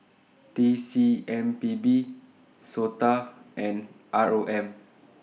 T C M P B Sota and R O M